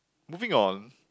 moving on